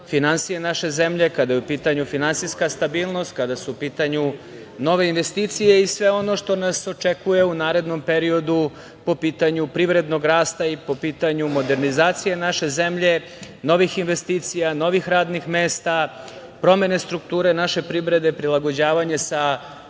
finansije naše zemlje, kada je u pitanju finansijska stabilnost, kada su u pitanju nove investicije i sve ono što nas očekuje u narednom periodu po pitanju privrednog rasta i po pitanju modernizacije naše zemlje, novih investicija, novih radnih mesta, promene strukture naše privrede, prilagođavanje sa